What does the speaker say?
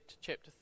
chapter